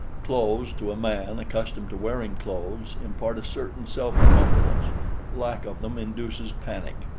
clothes, to a man accustomed to wearing clothes, impart a certain self-confidence lack of them induces panic.